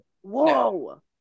Whoa